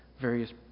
various